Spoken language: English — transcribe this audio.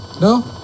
No